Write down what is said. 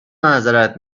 معذرت